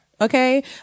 Okay